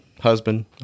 husband